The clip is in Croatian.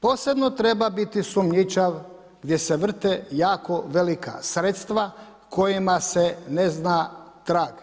Posebno treba biti sumnjičav gdje se vrte jako velika sredstva, kojima se ne zna trag.